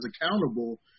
accountable